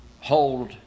hold